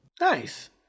Nice